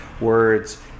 words